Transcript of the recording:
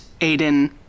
Aiden